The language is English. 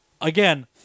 again